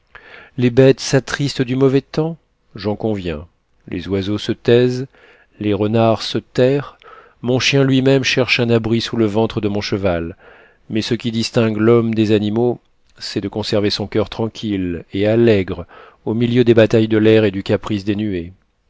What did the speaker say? les bêtes s'attristent du mauvais temps j'en conviens les oiseaux se taisent les renards se terrent mon chien lui-même cherche un abri sous le ventre de mon cheval mais ce qui distingue l'homme des animaux c'est de conserver son coeur tranquille et allègre au milieu des batailles de l'air et du caprice des nuées